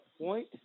point